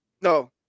No